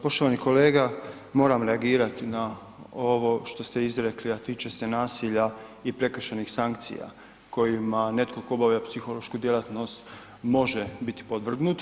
Poštovani kolega moram reagirati na ovo što ste izrekli a tiče se nasilja i prekršajnih sankcija kojima netko tko obavlja psihološku djelatnost može biti podvrgnut.